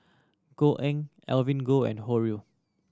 Koh Eng Evelyn Goh and Ho Rui